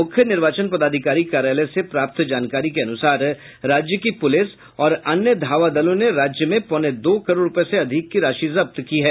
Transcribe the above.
मुख्य निर्वाचन पदाधिकारी कार्यालय से प्राप्त जानकारी के अनुसार राज्य की पुलिस और अन्य धावा दलों ने राज्य में पौने दो करोड रुपये से अधिक की राशि जब्त की है